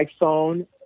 iPhone